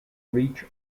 reach